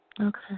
Okay